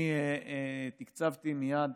אני תקצבתי מייד